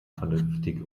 vernünftig